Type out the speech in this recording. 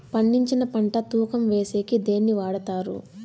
పండించిన పంట తూకం వేసేకి దేన్ని వాడతారు?